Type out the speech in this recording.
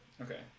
Okay